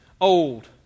old